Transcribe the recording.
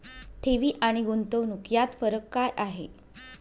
ठेवी आणि गुंतवणूक यात फरक काय आहे?